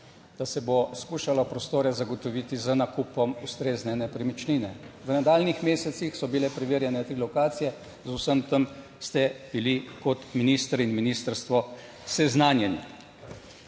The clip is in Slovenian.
da se bo skušalo prostore zagotoviti z nakupom ustrezne nepremičnine. V nadaljnjih mesecih, so bile preverjene tri lokacije. Z vsem tem ste bili kot minister in ministrstvo seznanjeni.